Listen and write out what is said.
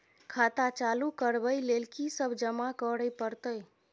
खाता चालू करबै लेल की सब जमा करै परतै?